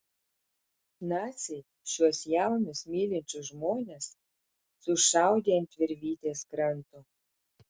naciai šiuos jaunus mylinčius žmones sušaudė ant virvytės kranto